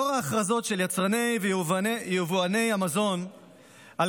לאור ההכרזות של יצרני ויבואני המזון על